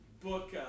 book